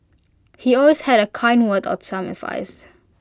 he always had A kind word or some advice